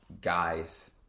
guys